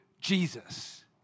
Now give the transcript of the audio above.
Jesus